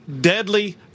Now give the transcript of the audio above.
deadly